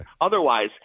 Otherwise